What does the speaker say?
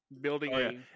building